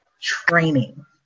training